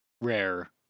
rare